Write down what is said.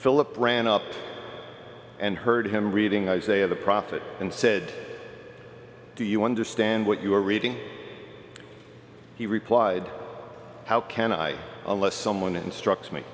philip ran up and heard him reading i say of the prophet and said do you understand what you are reading he replied how can i unless someone instructs me